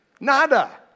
Nada